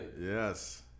Yes